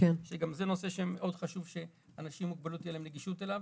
שגם זה פה מאוד חשוב שלאנשים עם מוגבלות תהיה נגישות אליו.